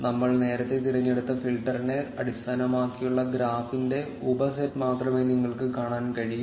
നമ്മൾ നേരത്തെ തിരഞ്ഞെടുത്ത ഫിൽട്ടറിനെ അടിസ്ഥാനമാക്കിയുള്ള ഗ്രാഫിന്റെ ഉപസെറ്റ് മാത്രമേ നിങ്ങൾക്ക് കാണാൻ കഴിയൂ